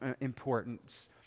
importance